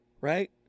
right